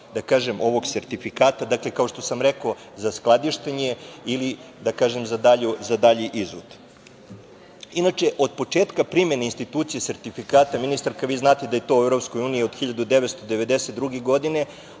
važnje, ovog sertifikata, kao što sam reko za skladištenje ili da kažem za dalji izvoz. Od početka primene institucije sertifikata, ministarka vi znate da je to u EU od 1992. godine,